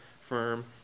firm